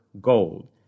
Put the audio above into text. Gold